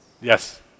Yes